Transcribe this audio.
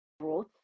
growth